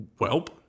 Welp